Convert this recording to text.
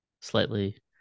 Slightly